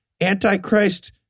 Antichrist